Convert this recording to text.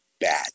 Bad